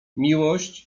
miłość